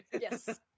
Yes